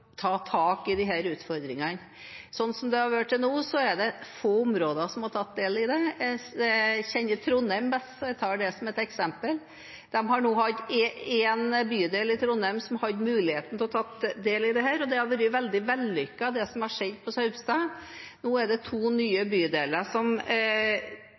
ta tak i disse utfordringene. Slik det har vært til nå, er det få områder som har tatt del i det. Jeg kjenner Trondheim best, så jeg tar det som eksempel. Det har nå vært én bydel i Trondheim som har hatt muligheten til å ta del i dette, og det som har skjedd på Saupstad, har vært veldig vellykket. Nå er det to nye bydeler som